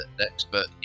expert